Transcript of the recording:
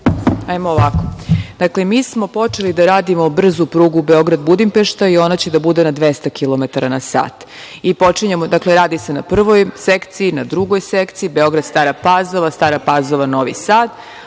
moj broj. Dakle, mi smo počeli da radimo brzu prugu Beograd – Budimpešta i ona će da bude na 200 kilometara na sat. Dakle, radi se na Prvoj sekciji, na Drugoj sekciji, Beograd – Stara Pazova, Stara Pazova – Novi Sad,